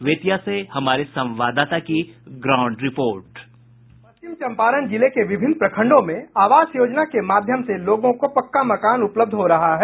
बेतिया से हमारे संवाददाता की ग्राउंड रिपोर्ट साउंड बाईट संवाददाता पश्चिम चंपारण जिले के विभिन्न प्रखंडों में आवास योजना के माध्यम से लोगों को पक्का मकान उपलब्ध हो रहा है